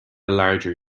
larger